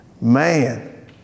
Man